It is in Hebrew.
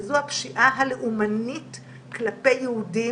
וזו הפשיעה הלאומנית כלפי יהודים.